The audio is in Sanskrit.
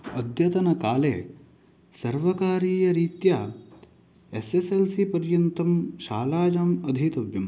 अद्यतनकाले सर्वकारीयरीत्या एसेसेल्सि पर्यन्तम् शालायाम् अधीतव्यम्